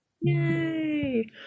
yay